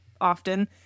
often